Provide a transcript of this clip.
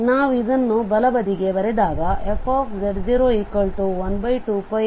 ನಾವು ಇದನ್ನು ಬಲಬದಿಗೆ ಬರೆದಾಗ fz012πiCfz z0dz